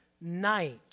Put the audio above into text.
night